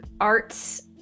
arts